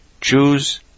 Choose